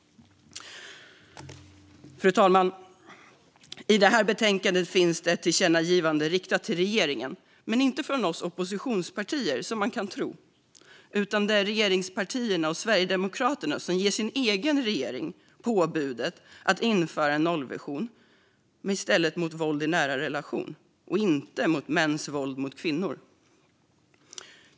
Fru talman! I betänkandet föreslås ett tillkännagivande till regeringen, men det kommer inte från oss oppositionspartier, som man kan tro. I stället är det regeringspartierna och Sverigedemokraterna som kommer med påbudet till sin egen regering att införa en nollvision - men då mot våld i nära relation och inte mot mäns våld mot kvinnor.